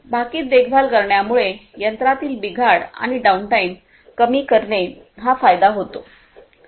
भाकित देखभाल करण्यामुळे यंत्रातील बिघाड आणि डाउनटाइम कमी करणे हा फायदा होतो